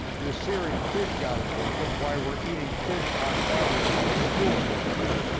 the syrian fish goddess worship why we're eating fish on friday in public school in michigan,